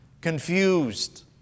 confused